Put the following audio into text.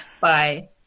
bye